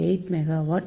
8 megawatt